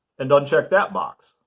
and uncheck that box.